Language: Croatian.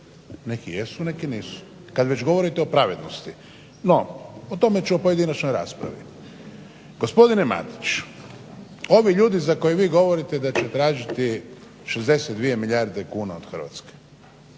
neki jesu, neki nisu, kad već govorite o pravednosti no o tome ću u pojedinačnoj raspravi. Gospodine Matić, ovi ljudi za koje vi govorite da će tražiti 62 milijarde kuna od Hrvatske,